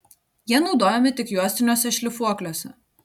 jie naudojami tik juostiniuose šlifuokliuose